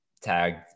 tagged